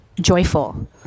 joyful